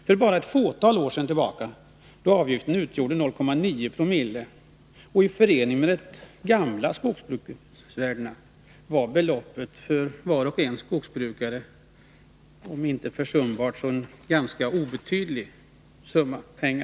För bara ett fåtal år sedan utgjorde avgiften 0,9 Zo, och i förening med de gamla skogsbruksvärdena var beloppen för var och en skogsbrukare en om inte försumbar så i varje fall ganska obetydlig summa pengar.